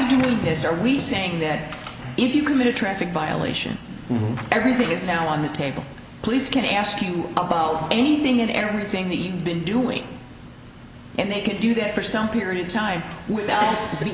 doing this are we saying that if you commit a traffic violation everything is now on the table police can ask you about anything and everything the been doing and they could do that for some period time without